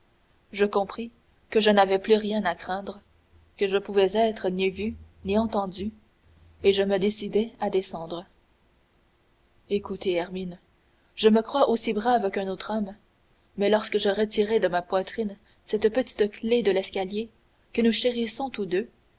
je compris que je n'avais plus rien à craindre que je ne pouvais être ni vu ni entendu et je me décidai à descendre écoutez hermine je me crois aussi brave qu'un autre homme mais lorsque je retirai de ma poitrine cette petite clef de l'escalier que nous chérissions tous deux